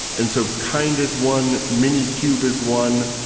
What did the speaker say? and so kind is one, minikube is one,